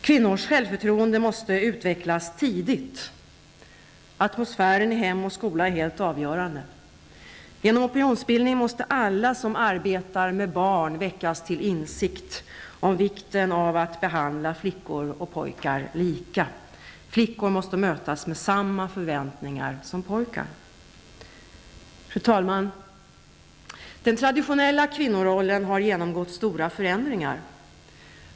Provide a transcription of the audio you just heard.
Kvinnors självförtroende måste utvecklas tidigt. Atmosfären i hem och skola är helt avgörande. Genom opinionsbildning måste alla som arbetar med barn väckas till insikt om vikten av att behandla flickor och pojkar lika. Flickor måste mötas med samma förväntningar som pojkar. Fru talman! Den traditionella kvinnorollen har genomgått stora förändringar.